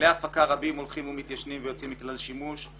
כלי הפקה רבים הולכים ומתיישנים ויוצאים מכלל שימוש,